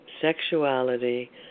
sexuality